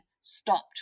stopped